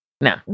No